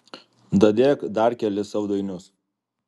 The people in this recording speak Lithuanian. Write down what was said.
dadėk dar kelis saldainius